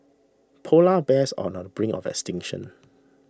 Polar Bears are on brink of extinction